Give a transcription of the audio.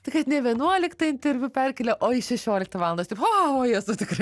tai kad ne vienuoliktą interviu perkėlė o į šešioliktą valandą aš taip o jėzau tikrai